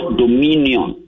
dominion